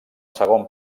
segon